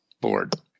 board